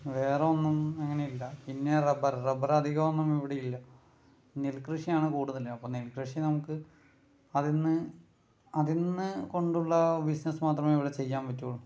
വേറെ ഒന്നും അങ്ങനെ ഇല്ല പിന്നെ റബ്ബർ റബ്ബർ അധികം ഒന്നും ഇവിടെയില്ല നെൽകൃഷിയാണ് കൂടുതൽ അപ്പോൾ നെൽകൃഷി നമുക്ക് അതിൽ നിന്ന് അതിൽ നിന്ന് കൊണ്ടുള്ള ബിസിനസ് മാത്രമേ ഇവിടെ ചെയ്യാൻ പറ്റുകയുള്ളൂ